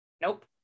Nope